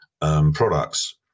products